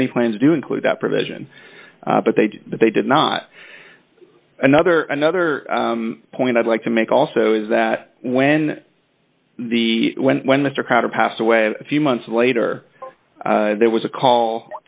the many plans do include that provision but they they did not another another point i'd like to make also is that when the when when mr crowder passed away a few months later there was a call